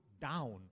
down